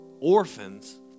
orphans